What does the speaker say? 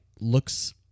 looks